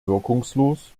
wirkungslos